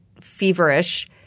feverish